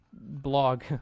blog